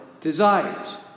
desires